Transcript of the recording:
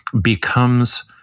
becomes